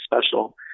special